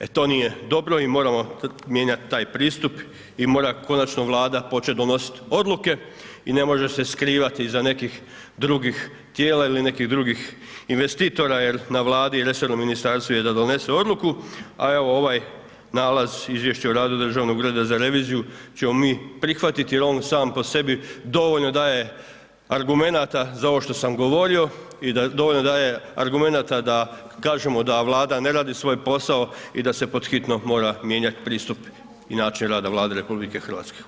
E, eto nije dobro i moramo mijenjati taj pristup i mora konačno Vlada donositi odluke i ne može se skrivati iza nekih drugih tijela ili nekih drugih investitora jer na Vladi i resornom ministarstvu je da donese odluku, a evo, ovaj nalaz, izvješće o radu Državnog ureda za reviziju ćemo mi prihvatiti jer je on sam po sebi dovoljno daje argumenata za ovo što sam govorio i da dovoljno daje argumenata da kažemo da Vlada ne radi svoj posao i da se pod hitno mora mijenjati pristup i način rada Vlade RH.